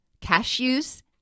cashews